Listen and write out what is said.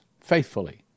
faithfully